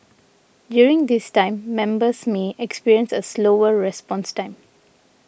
during this time members may experience a slower response time